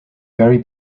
very